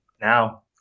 now